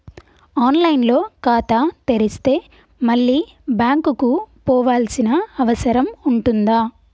On line లో ఖాతా తెరిస్తే మళ్ళీ బ్యాంకుకు పోవాల్సిన అవసరం ఉంటుందా?